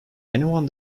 anyone